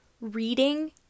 Reading